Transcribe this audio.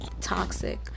toxic